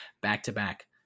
back-to-back